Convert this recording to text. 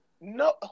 No